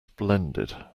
splendid